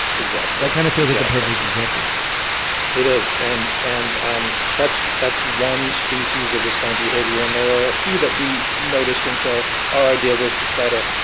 exactly that kind of feels like the perfect example it is and and um that's that's one species of this kind of behavior and there are a few that we noticed and so our idea was to try to